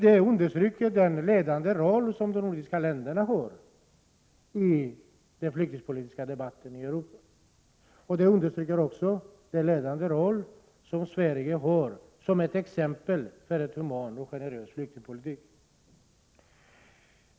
Detta understryker dock de nordiska ländernas betydelse i den flyktingpolitiska debatten i Europa liksom den ledande roll Sverige har som ett exempel på en human och generös flyktingpolitik. Fru talman!